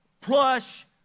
plush